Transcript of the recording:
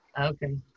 Okay